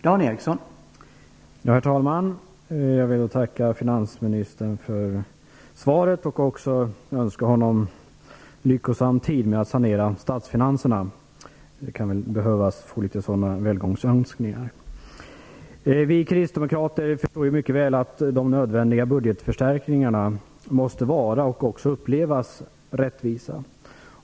Herr talman! Jag ber att få tacka finansministern för svaret. Jag vill också önska honom lycka till med att sanera statsfinanserna. Det kan nog behövas några sådana välgångsönskningar. Vi kristdemokrater förstår mycket väl att de nödvändiga budgetförstärkningarna måste vara och också upplevas rättvisa.